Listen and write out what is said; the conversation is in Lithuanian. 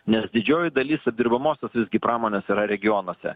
nes didžioji dalis apdirbamosios visgi pramonės yra regionuose